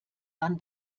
dann